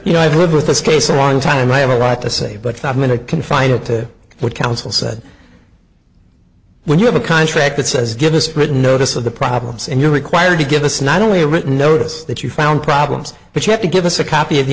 you know i've lived with this case a long time i have a right to say but that minute confided to what counsel said when you have a contract that says give us written notice of the problems and you're required to give us not only a written notice that you found problems but you have to give us a copy of the